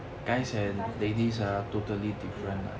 应该研究一下 ya